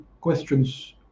questions